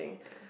yeah